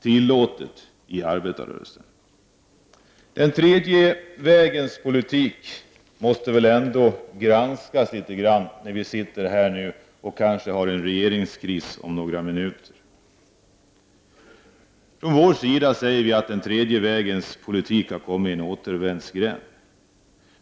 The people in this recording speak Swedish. tillåtet i arbetarrörelsen! Den tredje vägens politik måste väl ändå granskas litet när vi nu kanske har en regeringskris om några minuter. Vi säger att den tredje vägens politik har kommit in i en återvändsgränd.